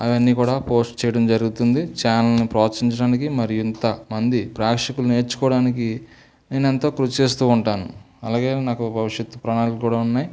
అవన్నీ కూడా పోస్ట్ చేయడం జరుగుతుంది ఛానల్ని ప్రోత్సహించడానికి మరి ఇంత మంది ప్రేక్షకులు నేర్చుకోవడానికి నేను ఎంతో కృషి చేస్తూ ఉంటాను అలాగే నాకు భవిష్యత్తు ప్రణాళికలు కూడా ఉన్నాయి